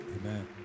Amen